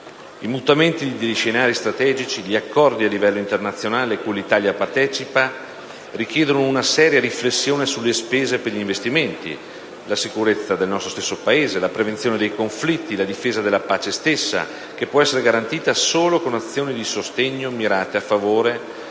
Il mutamento degli scenari strategici e gli accordi a livello internazionale cui l'Italia partecipa richiedono una seria riflessione sulle spese per gli investimenti, la sicurezza del nostro stesso Paese, la prevenzione dei conflitti, la difesa della pace stessa, che può essere garantita sola con azioni di sostegno mirate a favore